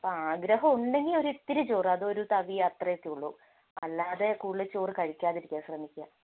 അപ്പം ആഗ്രഹം ഉണ്ടെങ്കിൽ ഒരു ഇത്തിരി ചോറ് അത് ഒരു തവി അത്ര ഒക്കെയേ ഉള്ളൂ അല്ലാതെ കൂടുതൽ ചോറ് കഴിക്കാതിരിക്കാൻ ശ്രമിക്കുക